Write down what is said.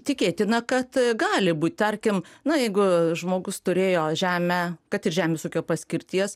tikėtina kad gali būt tarkim na jeigu žmogus turėjo žemę kad ir žemės ūkio paskirties